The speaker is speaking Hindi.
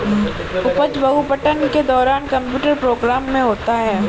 उपज बहु पठन के दौरान कंप्यूटर प्रोग्राम में होता है